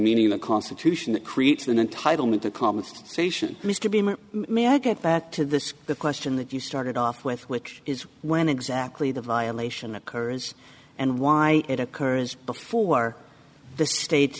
meaning of the constitution that creates an entitlement a common station mr b may i get that to the question that you started off with which is when exactly the violation occurs and why it occurs before the state